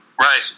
Right